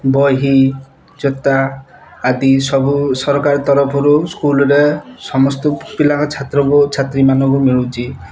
ବହି ଜୋତା ଆଦି ସବୁ ସରକାର ତରଫରୁ ସ୍କୁଲ୍ରେ ସମସ୍ତ ପିଲାଙ୍କୁ ଛାତ୍ରଙ୍କୁ ଛାତ୍ରୀମାନଙ୍କୁ ମିଳୁଛି